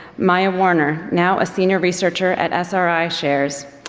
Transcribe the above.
miya warner, now a senior researcher at sri shares,